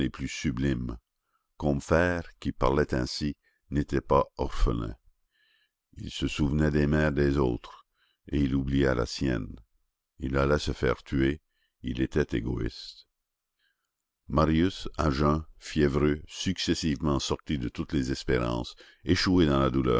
plus sublimes combeferre qui parlait ainsi n'était pas orphelin il se souvenait des mères des autres et il oubliait la sienne il allait se faire tuer il était égoïste marius à jeun fiévreux successivement sorti de toutes les espérances échoué dans la douleur